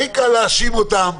הכי קל להאשים אותם,